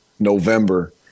November